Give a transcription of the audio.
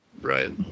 right